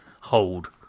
hold